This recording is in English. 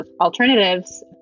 alternatives